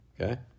Okay